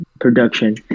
production